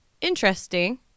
interesting